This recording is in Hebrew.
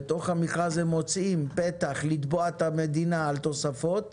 בתוך המכרז הם מוצאים פתח לתבוע את המדינה על תוספות,